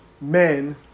men